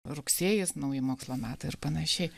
rugsėjis nauji mokslo metai ir panašiai